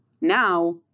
now